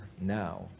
now